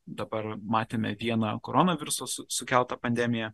dabar matėme vieną koronaviruso su sukeltą pandemiją